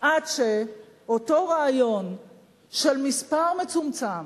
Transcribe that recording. עד שאותו רעיון של מספר מצומצם,